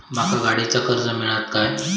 माका गाडीचा कर्ज मिळात काय?